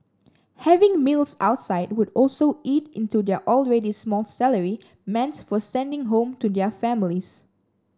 having meals outside would also eat into their already small salary meant for sending home to their families